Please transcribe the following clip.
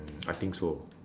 mm I think so